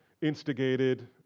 instigated